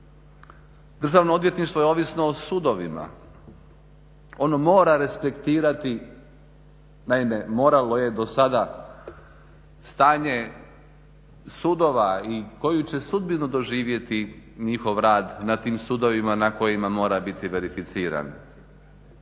Državno odvjetništvo je ovisno o sudovima. Ono mora respektirati, naime moralo je do sada stanje sudova i koju će sudbinu doživjeti njihov rad na tim sudovima na kojima mora biti verificiran.